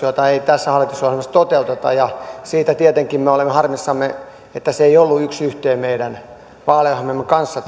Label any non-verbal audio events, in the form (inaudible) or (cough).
(unintelligible) joita ei tässä hallitusohjelmassa toteuteta ja siitä tietenkin me olemme harmissamme että tämä hallitusohjelma ei ollut yks yhteen meidän vaaliohjelmamme kanssa (unintelligible)